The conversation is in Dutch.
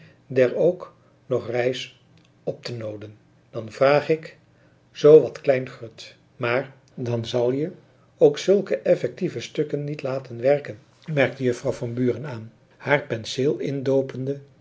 der ook nog reis op te nooden dan vraag ik zoo wat klein grut maar dan zalje ook zulke effetieve stukken niet laten werken merkte juffrouw van buren aan haar penseel indoopende